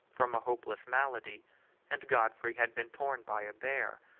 from a hopeless malady and godfrey had been torn by a bear,